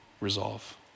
resolve